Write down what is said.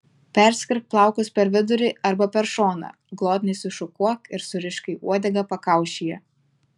perskirk plaukus per vidurį arba per šoną glotniai sušukuok ir surišk į uodegą pakaušyje